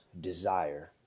desire